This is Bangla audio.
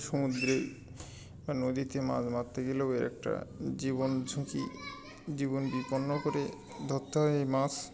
সমুদ্রে বা নদীতে মাছ মারতে গেলেও এর একটা জীবন ঝুঁকি জীবন বিপন্ন করে ধরতে হয় এই মাছ